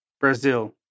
Brazil